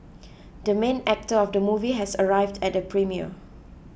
the main actor of the movie has arrived at the premiere